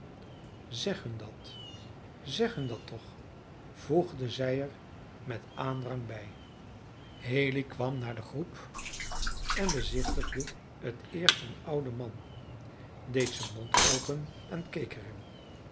hun dat zeg hun dat toch voegde zij er met aandrang bij haley kwam naar de groep en bezichtigde het eerst een ouden man deed zijn mond open en keek